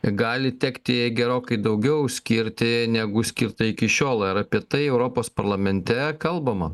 gali tekti gerokai daugiau skirti negu skirta iki šiol ar apie tai europos parlamente kalbama